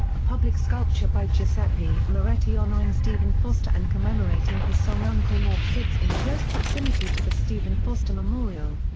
a public sculpture by giuseppe moretti honoring stephen foster and commemorating his song uncle ned sits in close proximity to the stephen foster memorial.